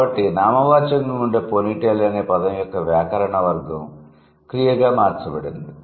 కాబట్టి నామవాచకంగా ఉండే పోనీటెయిల్ అనే పదం యొక్క వ్యాకరణ వర్గం క్రియగా మార్చబడింది